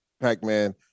Pac-Man